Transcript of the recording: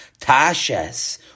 Tashes